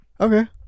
Okay